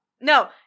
no